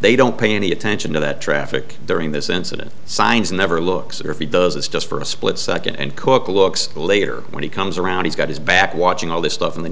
they don't pay any attention to that traffic during this incident signs never looks or if he does it's just for a split second and cook looks later when he comes around he's got his back watching all this stuff and then